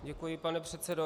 Děkuji, pane předsedo.